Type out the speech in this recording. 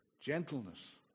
gentleness